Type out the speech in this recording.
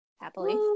Happily